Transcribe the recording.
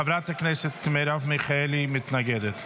חברת הכנסת מרב מיכאלי מתנגדת.